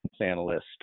analyst